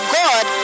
god